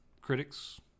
critics